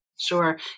Sure